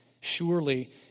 Surely